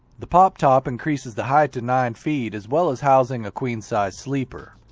the pop-top increases the height to nine feet as well as housing a queen-size sleeper.